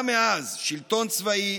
אבל גם מאז, שלטון צבאי,